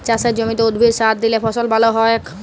চাসের জমিতে উদ্ভিদে সার দিলে ফসল ভাল হ্য়য়ক